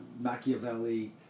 Machiavelli